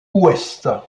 ouest